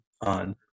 on